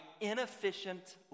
inefficient